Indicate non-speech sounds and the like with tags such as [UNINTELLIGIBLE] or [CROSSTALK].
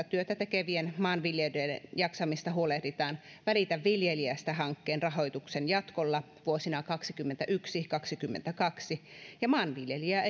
[UNINTELLIGIBLE] työtä tekevien maanviljelijöiden jaksamisesta huolehditaan välitä viljelijästä hankkeen rahoituksen jatkolla vuosina kaksikymmentäyksi viiva kaksikymmentäkaksi ja että maanviljelijää [UNINTELLIGIBLE]